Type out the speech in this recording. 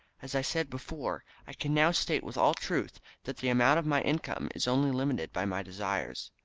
as i said before, i can now state with all truth that the amount of my income is only limited by my desires.